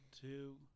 two